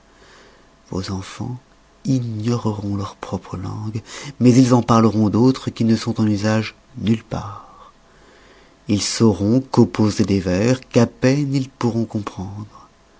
vos enfans ignoreront leur propre langue mais ils en parleront d'autres qui ne sont en usage nulle part ils sauront composer des vers qu'à peine ils pourront comprendre